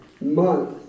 month